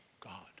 God